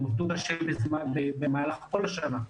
הם עבדו קשה במהלך כל השנה,